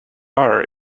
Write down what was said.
are